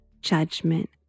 judgment